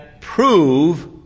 prove